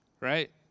Right